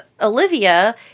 Olivia